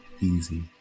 easy